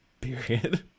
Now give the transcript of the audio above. period